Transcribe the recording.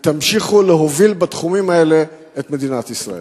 ותמשיכו להוביל בתחומים האלה את מדינת ישראל.